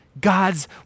God's